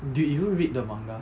did you read the manga